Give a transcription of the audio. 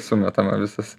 sumetama visas